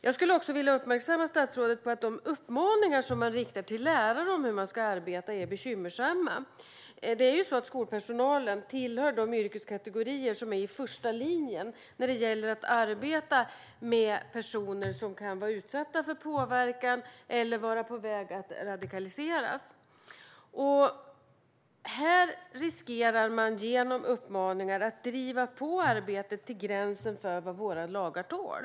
Jag skulle också vilja uppmärksamma statsrådet på att de uppmaningar som riktas till lärarna när det gäller hur de ska arbeta är bekymmersamma. Skolpersonal tillhör ju de yrkeskategorier som finns i första linjen när det gäller att arbeta med personer som kan vara utsatta för påverkan eller vara på väg att radikaliseras. Genom dessa uppmaningar riskerar man att driva på arbetet till gränsen för vad våra lagar tål.